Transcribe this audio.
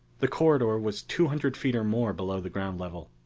the corridor was two hundred feet or more below the ground level.